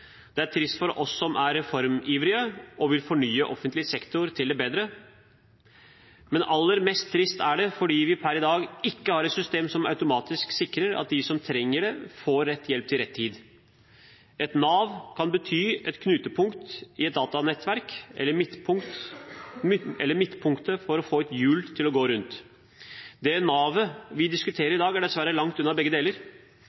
er en trist historie. Det er trist for oss som er reformivrige og vil fornye offentlig sektor til det bedre. Men aller tristest er det fordi vi per i dag ikke har et system som automatisk sikrer at de som trenger det, får rett hjelp til rett tid. Et nav kan bety et knutepunkt i et datanettverk, eller midtpunktet for å få et hjul til å gå rundt. Det navet vi diskuterer i dag, er dessverre langt unna begge deler.